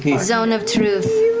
zone of truth,